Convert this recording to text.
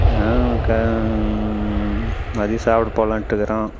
மதியம் சாப்பிட போகலான்ட்ருக்குறோம்